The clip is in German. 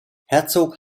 herzog